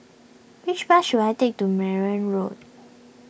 which bus should I take to Mayne Road